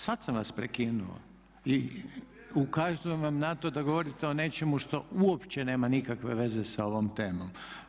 Sad sam vas prekinuo i ukazujem vam na to da govorite o nečemu što uopće nema nikakve veze sa ovom temom.